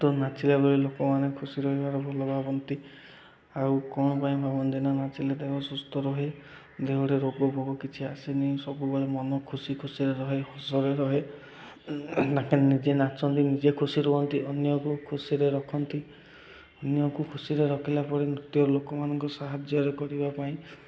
ତ ନାଚିଲା ବେଳେ ଲୋକମାନେ ଖୁସି ରହିବାର ଭଲ ଭାବନ୍ତି ଆଉ କ'ଣ ପାଇଁ ଭାବନ୍ତି ନା ନାଚିଲେ ଦେହ ସୁସ୍ଥ ରହେ ଦେହରେ ରୋଗ ଭୋଗ କିଛି ଆସେନି ସବୁବେଳେ ମନ ଖୁସି ଖୁସିରେ ରହେ ହସରେ ରହେ ନିଜେ ନାଚନ୍ତି ନିଜେ ଖୁସି ରୁହନ୍ତି ଅନ୍ୟକୁ ଖୁସିରେ ରଖନ୍ତି ଅନ୍ୟକୁ ଖୁସିରେ ରଖିଲା ପରେ ନୃତ୍ୟ ଲୋକମାନଙ୍କ ସାହାଯ୍ୟରେ କରିବା ପାଇଁ